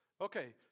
Okay